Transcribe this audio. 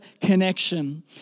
connection